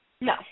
No